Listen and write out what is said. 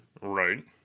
Right